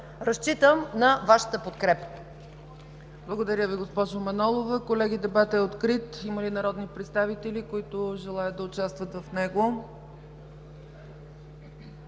разчитам на Вашата подкрепа.